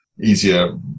Easier